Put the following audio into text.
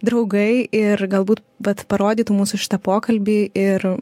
draugai ir galbūt vat parodytų mūsų šitą pokalbį ir